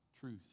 truth